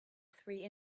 three